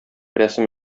рәсем